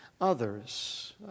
others